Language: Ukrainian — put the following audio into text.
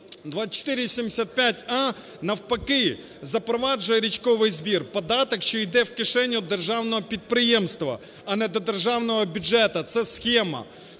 2475а навпаки запроваджує річковий збір – податок, що іде в кишеню державного підприємства, а не до державного бюджету, це схема.